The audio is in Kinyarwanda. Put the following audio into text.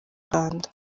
rwanda